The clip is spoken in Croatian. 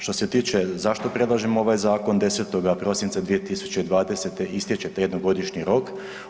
Što se tiče zašto predlažemo ovaj zakon 10. prosinca 2020. istječe taj jednogodišnji rok.